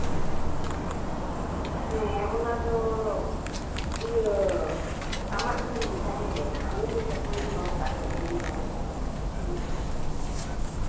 ᱦᱮᱸ ᱚᱱᱟᱫᱚ ᱤᱭᱟᱹ ᱟᱢᱟᱜ ᱛᱤ ᱨᱮᱜᱮ ᱛᱟᱦᱮᱸ ᱞᱮᱱᱟ ᱚᱱᱮ ᱡᱮ ᱥᱟᱥᱟᱝ ᱜᱮᱢ ᱦᱚᱨᱚᱜ ᱠᱟᱜ ᱛᱟᱦᱮᱸᱜ ᱛᱩᱲᱤ ᱵᱟᱦᱟ ᱞᱮᱠᱟ ᱚᱱᱮ ᱚᱱᱠᱟᱱᱟᱜ